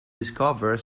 discover